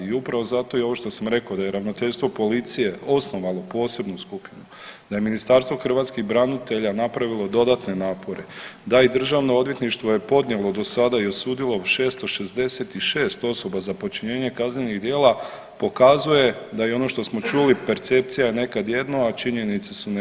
I upravo zato i ovo što sam rekao da je ravnateljstvo policije osnovalo posebnu skupinu, da je Ministarstvo hrvatskih branitelja napravilo dodatne napore, da i državno odvjetništvo je podnijelo do sada i osudilo 666 osoba za počinjenje kaznenih djela pokazuje da i ono što smo čuli percepcija je nekad jedno, a činjenice su nešto drugo.